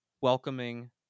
welcoming